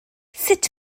sut